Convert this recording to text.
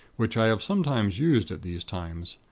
which i have sometimes used at these times.